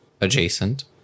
adjacent